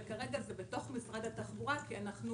וכרגע זה בתוך משרד התחבורה, כי אנחנו